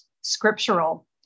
scriptural